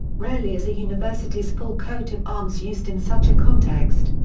rarely is a university's full coat of arms used in such a context.